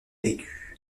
aigu